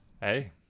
Hey